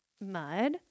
mud